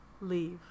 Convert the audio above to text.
leave